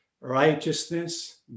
righteousness